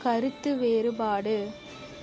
கருத்து வேறுபாடு